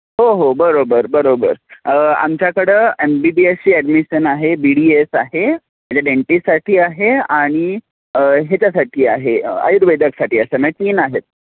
हो हो बरोबर बरोबर आमच्याकडं एम बी बी एसची ॲडमिशन आहे बी डी एस आहे म्हणजे डेंटिस्टसाठी आहे आणि ह्याच्यासाठी आहे आयुर्वेदिकसाठी असं मं तीन आहेत